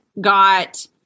got